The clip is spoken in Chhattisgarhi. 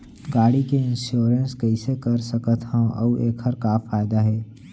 गाड़ी के इन्श्योरेन्स कइसे करा सकत हवं अऊ एखर का फायदा हे?